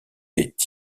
est